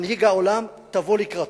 מנהיג העולם, תבוא לקראתו.